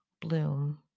bloom